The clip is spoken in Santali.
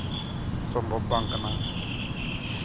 ᱥᱚᱢᱵᱷᱚᱵᱽ ᱵᱟᱝ ᱠᱟᱱᱟ